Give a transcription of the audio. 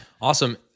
awesome